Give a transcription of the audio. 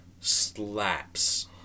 Slaps